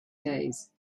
days